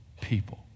people